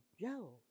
Joe